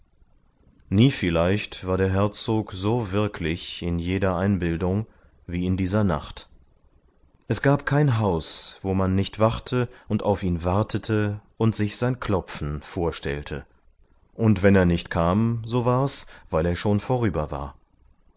nie vielleicht war der herzog so wirklich in jeder einbildung wie in dieser nacht es gab kein haus wo man nicht wachte und auf ihn wartete und sich sein klopfen vorstellte und wenn er nicht kam so wars weil er schon vorüber war